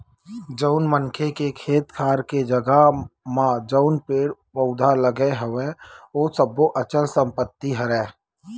जउन मनखे के खेत खार के जघा म जउन पेड़ पउधा लगे हवय ओ सब्बो अचल संपत्ति हरय